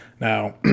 Now